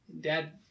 Dad